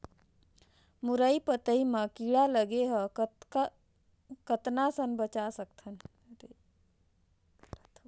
मुरई पतई म कीड़ा लगे ह कतना स बचा सकथन?